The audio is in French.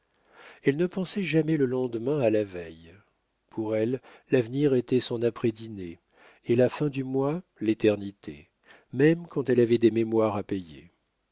elle ne pensait jamais le lendemain à la veille pour elle l'avenir était son après dîner et la fin du mois l'éternité même quand elle avait des mémoires à payer